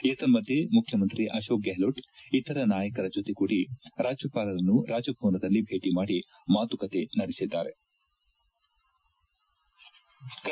ಏತನ್ನದ್ಹೆ ಮುಖ್ಯಮಂತ್ರಿ ಅಶೋಕ್ ಗೆಲ್ಡೋಟ್ ಇತರ ನಾಯಕರ ಜೊತೆಗೂಡಿ ರಾಜ್ಯಪಾಲರನ್ನು ರಾಜಭವನದಲ್ಲಿ ಭೇಟಿ ಮಾಡಿ ಮಾತುಕತೆ ನಡೆಸಿದ್ಗಾರೆ